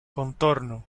contorno